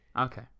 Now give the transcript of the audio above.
Okay